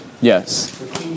Yes